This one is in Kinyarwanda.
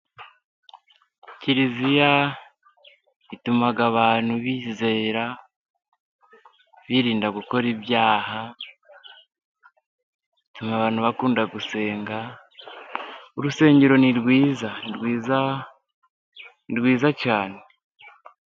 Kiriziya ituma abantu bizera, birinda gukora ibyaha. Ituma abantu bakunda gusenga, urusengero ni rwiza cyane.